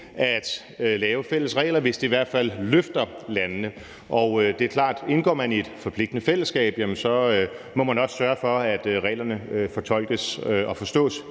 at lave fælles regler, hvis det i hvert fald løfter landene, og det er klart, at indgår man i et forpligtende fællesskab, må man også sørge for, at reglerne fortolkes og forstås